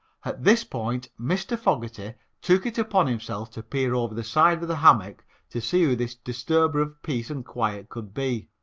at this point mr. fogerty took it upon himself to peer over the side of the hammock to see who this disturber of peace and quiet could be.